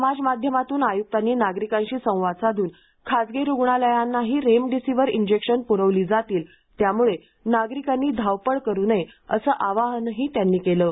समाज माध्यमातून आयुक्तांनी नागरिकांशी संवाद साधून खासगी रुग्णालयांनाही रेमडिसिविर इंजेक्शन पुरवले जातील त्यामुळे नागरिकांनी धावपळ करू नये असे आवाहनही आयुक्तांनी केले आहे